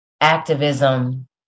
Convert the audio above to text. activism